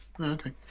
okay